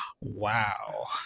Wow